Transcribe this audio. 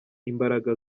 imbaraga